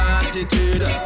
attitude